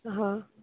ହଁ